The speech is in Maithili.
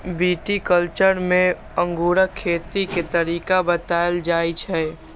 विटीकल्च्चर मे अंगूरक खेती के तरीका बताएल जाइ छै